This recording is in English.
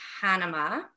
Panama